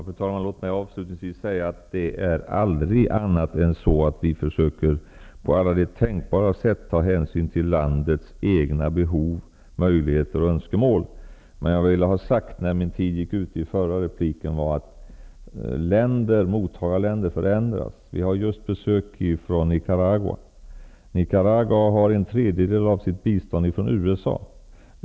Fru talman! Låt mig avslutningsvis säga att det aldrig är annat än så, att vi på alla tänkbara sätt försöker ta hänsyn till landets egna behov, möjligheter och önskemål. Mottagarländer förändras emellertid. Vi har just besök från Nicaragua. Nicaragua får en tredjedel av sitt bistånd från USA.